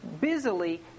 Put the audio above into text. busily